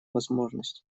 возможность